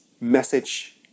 message